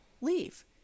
leave